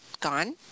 gone